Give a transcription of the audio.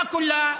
מה כולה?